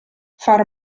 far